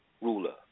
ruler